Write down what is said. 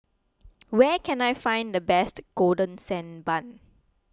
where can I find the best Golden Sand Bun